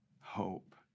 hope